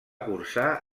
cursar